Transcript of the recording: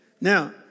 Now